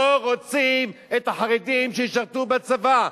לא רוצים את החרדים שישרתו בצבא.